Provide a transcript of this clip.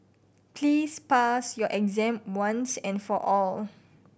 please pass your exam once and for all